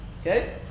Okay